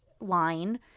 line